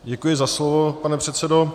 Děkuji za slovo, pane předsedo.